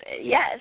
Yes